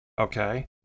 Okay